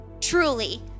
truly